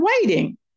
waiting